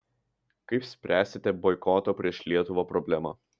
kaip spręsite boikoto prieš lietuvą problemą